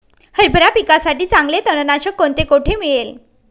हरभरा पिकासाठी चांगले तणनाशक कोणते, कोठे मिळेल?